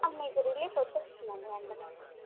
మీకు రిలీఫ్ వచ్చేస్తుందండి వెంటనే